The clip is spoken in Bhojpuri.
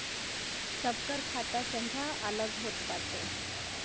सबकर खाता संख्या अलग होत बाटे